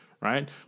right